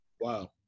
Wow